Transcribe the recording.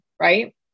right